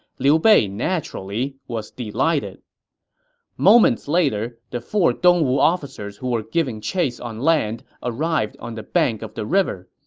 liu bei, naturally, was delighted moments later, the four dongwu officers who were giving chase on land arrived on the bank of the river,